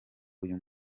uyu